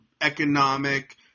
economic